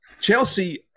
Chelsea